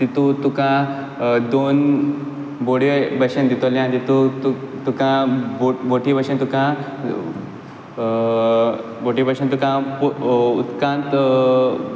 तितूं तुका दोन बोड्यो भाशेन दितोलीं आनी तितून तुका बोटी भाशेन तुका बोटी भाशीन तुका उदकांत